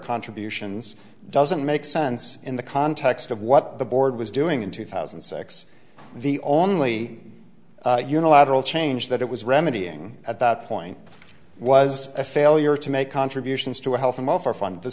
contributions doesn't make sense in the context of what the board was doing in two thousand and six the only unilateral change that it was remedying at that point was a failure to make contributions to the health and welfare fund the